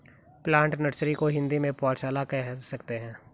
plant nursery को हिंदी में पौधशाला कह सकते हैं